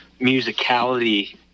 musicality